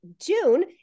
June